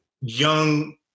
young